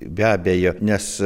be abejo nes